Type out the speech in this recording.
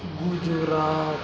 Gujarat